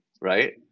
right